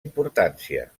importància